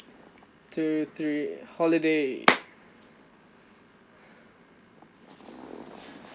two three holiday